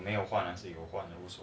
没有换了